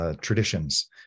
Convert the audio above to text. traditions